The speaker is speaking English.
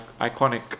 iconic